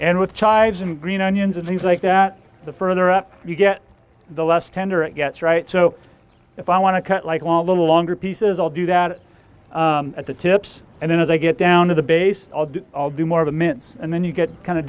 and with chives and green onions and things like that the further up you get the less tender it gets right so if i want to cut like a little longer pieces i'll do that at the tips and then as i get down to the base i'll do more of the mince and then you get kind of